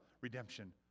redemption